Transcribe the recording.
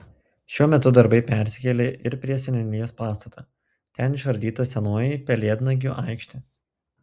šiuo metu darbai persikėlė ir prie seniūnijos pastato ten išardyta senoji pelėdnagių aikštė